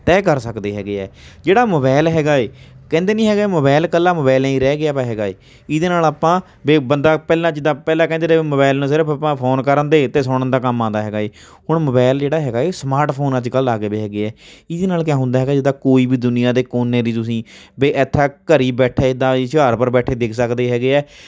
ਤੈਅ ਕਰ ਸਕਦੇ ਹੈਗੇ ਹੈ ਜਿਹੜਾ ਮਬੈਲ ਹੈਗਾ ਏ ਕਹਿੰਦੇ ਨਹੀਂ ਹੈਗੇ ਮਬੈਲ ਇਕੱਲਾ ਮਬੈਲ ਏ ਨਹੀਂ ਰਹਿ ਗਿਆ ਵਾ ਹੈਗਾ ਏ ਇਹਦੇ ਨਾਲ਼ ਆਪਾਂ ਬੇ ਬੰਦਾ ਪਹਿਲਾਂ ਜਿੱਦਾਂ ਪਹਿਲਾਂ ਕਹਿੰਦੇ ਰਹੇ ਮਬੈਲ ਨੂੰ ਸਿਰਫ਼ ਆਪਾਂ ਫੋਨ ਕਰਨ ਦੇ ਅਤੇ ਸੁਣਨ ਦਾ ਕੰਮ ਆਉਂਦਾ ਹੈਗਾ ਏ ਹੁਣ ਮਬੈਲ ਜਿਹੜਾ ਹੈਗਾ ਏ ਸਮਾਰਟ ਫੋਨ ਅੱਜ ਕੱਲ੍ਹ ਆ ਗਏ ਵੇ ਹੈਗੇ ਹੈ ਇਹਦੇ ਨਾਲ਼ ਕਿਆ ਹੁੰਦਾ ਹੈਗਾ ਜਿੱਦਾਂ ਕੋਈ ਵੀ ਦੁਨੀਆਂ ਦੇ ਕੋਨੇ ਦੀ ਤੁਸੀਂ ਬਈ ਇੱਥੇ ਘਰੀਂ ਬੈਠੇ ਦਾ ਹੀ ਹੁਸ਼ਿਆਰਪੁਰ ਬੈਠੇ ਦੇਖ ਸਕਦੇ ਹੈਗੇ ਹੈ